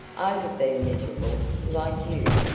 i have been miserable, like you,